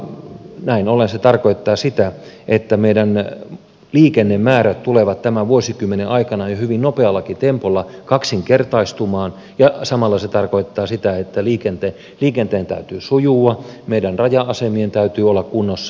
näin ollen se tarkoittaa sitä että meidän liikennemäärät tulevat jo tämän vuosikymmenen aikana hyvin nopeallakin tempolla kaksinkertaistumaan ja samalla se tarkoittaa sitä että liikenteen täytyy sujua meidän raja asemien täytyy olla kunnossa